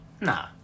Nah